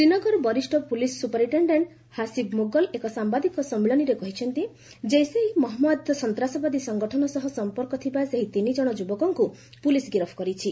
ଶ୍ରୀନଗର ବରିଷ୍ଣ police superintendent Haseeb Mughal ଏକ ସାମ୍ଭାଦିକ ସମ୍ମିଳନୀରେ କହିଛନ୍ତି କେସ୍ ଇ ମହମ୍ମଦ ସନ୍ତାସବାଦୀ ସଙ୍ଗଠନ ସହ ସମ୍ପର୍କ ଥିବା ସେହି ତିନିଜଣ ଯୁବକଙ୍କୁ ପୁଲିସ୍ ଗିରଫ କରିଛି